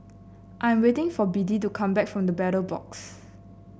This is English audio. I'm waiting for Biddie to come back from The Battle Box